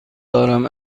دارم